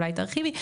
אולי תרחיבי,